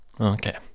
Okay